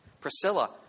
Priscilla